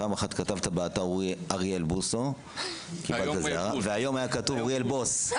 פעם אחת כתבת אריאל בוסו ופעם כתבת אוריאל בוס.